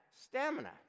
stamina